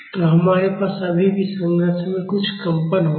तो हमारे पास अभी भी संरचना में कुछ कंपन होगा